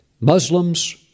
Muslims